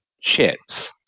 ships